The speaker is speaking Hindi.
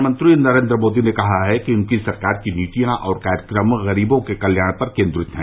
प्रधानमंत्री नरेन्द्र मोदी ने कहा कि उनकी सरकार की नीतियां और कार्यक्रम गरीबों के कल्याण पर केन्द्रित हैं